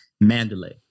Mandalay